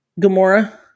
Gamora